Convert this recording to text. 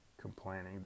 complaining